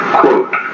quote